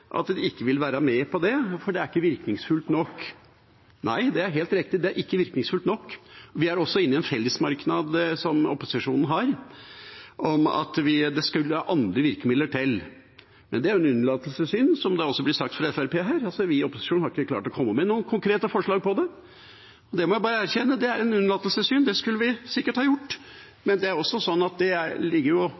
at de ikke vil være med på det fordi det ikke er virkningsfullt nok. Det er helt riktig at det ikke er virkningsfullt nok. Vi er også med på en fellesmerknad opposisjonen har om at det må andre virkemidler til. Men det er jo en unnlatelsessynd, som det også er blitt sagt av Fremskrittspartiet her, at vi i opposisjonen ikke har klart å komme med noen konkrete forslag om det. Det må jeg bare erkjenne. Det er en unnlatelsessynd, for det skulle vi sikkert ha gjort, men det